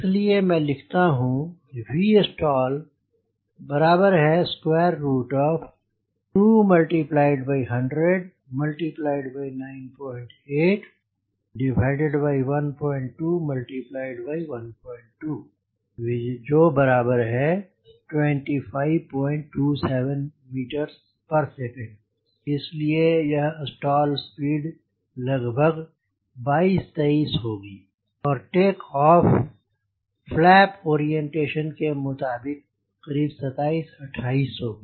इसलिए मैं लिखता हूँ Vstall 21009812122527 ms इस लिए यह स्टाल स्पीड लगभग 22 23 होगी और टेक ऑफ फ्लैप ओरिएंटेशन के मुताबिक करीब 27 28 होगी